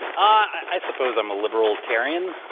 i suppose i'm a liberal-tarian.